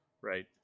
Right